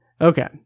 Okay